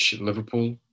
Liverpool